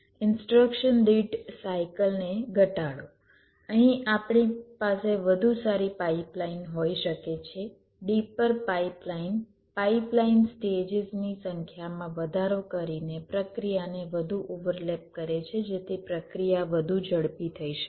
instruction દીઠ સાયકલને ઘટાડો અહીં આપણી પાસે વધુ સારી પાઇપલાઇન હોઈ શકે છે ડીપર પાઇપલાઇન પાઇપલાઇન સ્ટેજીસની સંખ્યામાં વધારો કરીને પ્રક્રિયાને વધુ ઓવરલેપ કરે છે જેથી પ્રક્રિયા વધુ ઝડપી થઈ શકે